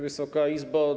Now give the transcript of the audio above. Wysoka Izbo!